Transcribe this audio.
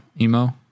emo